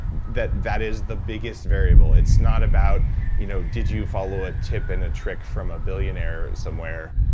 that that is the biggest variable. it's not about you know did you follow a tip and a trick from a billionaire somewhere,